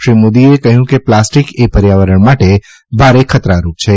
શ્રી મોદીએ કહ્યું કે પ્લાસ્ટીક એ પર્યાવરણ માટે ભારે ખતરારૂપ છે